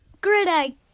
great